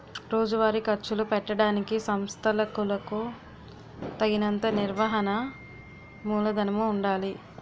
రోజువారీ ఖర్చులు పెట్టడానికి సంస్థలకులకు తగినంత నిర్వహణ మూలధనము ఉండాలి